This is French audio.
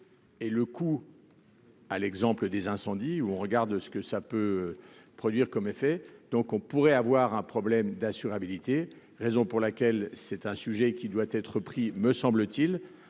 et le coût. à l'exemple des incendies ou on regarde ce que ça peut produire comme effet donc on pourrait avoir un problème d'assurabilité, raison pour laquelle, c'est un sujet qui doit être pris, me semble-t-il